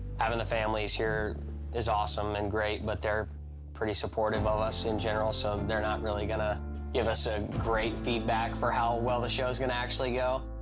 having the families here is awesome and great, but they're pretty supportive of us in general, so they're not really gonna give us ah great feedback for how well the show's gonna actually go.